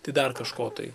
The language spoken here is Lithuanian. tai dar kažko tai